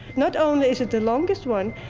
not only is it the longest one,